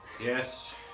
Yes